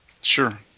Sure